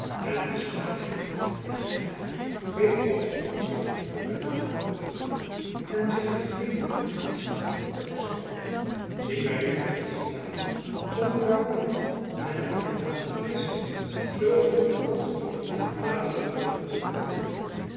en wie smaak heeft en geld weet al spoedig zich de goede kanalen te bezorgen en zich hetgeen hem goed aanstaat te verschaffen zien wy niet op onze tafels de makaroni en de lacryma christi zoo goed als die in italiën kunnen gevonden worden